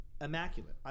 immaculate